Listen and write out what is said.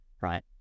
right